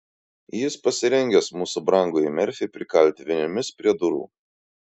jis pasirengęs mūsų brangųjį merfį prikalti vinimis prie durų